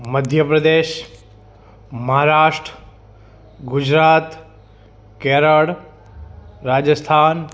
Madhya Pradesh Maharashtra Gujarat Kerala Rajasthan